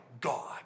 God